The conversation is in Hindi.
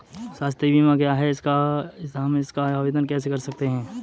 स्वास्थ्य बीमा क्या है हम इसका आवेदन कैसे कर सकते हैं?